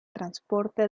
transporte